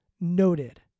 noted